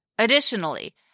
Additionally